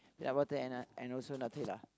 peanut-butter and uh and also Nutella